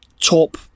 top